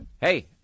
Hey